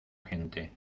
gente